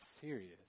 serious